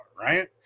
Right